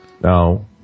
No